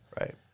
Right